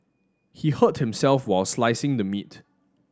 he hurt himself while slicing the meat